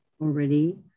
already